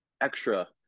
extra